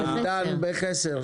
שווי בחסר.